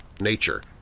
nature